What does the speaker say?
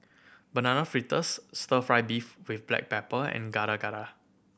Banana Fritters Stir Fry beef with black pepper and Gado Gado